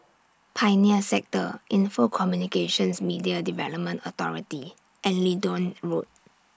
Pioneer Sector Info Communications Media Development Authority and Leedon Road